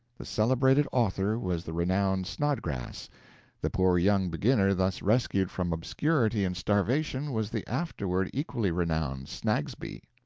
the celebrated author was the renowned snodgrass the poor young beginner thus rescued from obscurity and starvation was the afterward equally renowned snagsby.